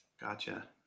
Gotcha